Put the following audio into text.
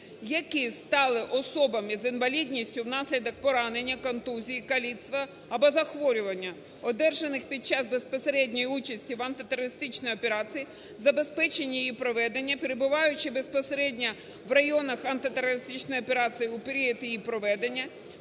"які стали особами з інвалідністю внаслідок поранення, контузії, каліцтва або захворювання, одержаних під час безпосередньої участі в антитерористичній операції, забезпечення її проведення, перебуваючи безпосередньо в районах антитерористичної операції в період її проведення,